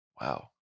Wow